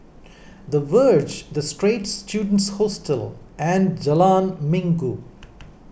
the Verge the Straits Students Hostel and Jalan Minggu